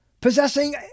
possessing